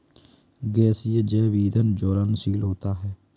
गैसीय जैव ईंधन ज्वलनशील होता है